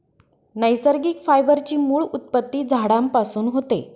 नैसर्गिक फायबर ची मूळ उत्पत्ती झाडांपासून होते